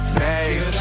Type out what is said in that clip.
face